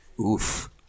Oof